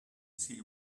see